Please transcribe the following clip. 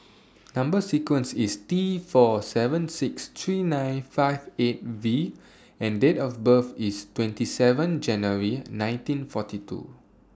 Number sequence IS T four seven six three nine five eight V and Date of birth IS twenty seven January nineteen forty two